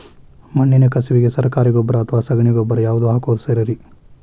ಮಣ್ಣಿನ ಕಸುವಿಗೆ ಸರಕಾರಿ ಗೊಬ್ಬರ ಅಥವಾ ಸಗಣಿ ಗೊಬ್ಬರ ಯಾವ್ದು ಹಾಕೋದು ಸರೇರಿ?